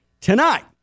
tonight